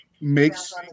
makes